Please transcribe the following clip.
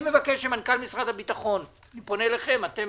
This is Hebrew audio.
אני מבקש ממנכ"ל משר הביטחון אתם